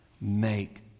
Make